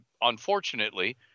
unfortunately